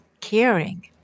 caring